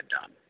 done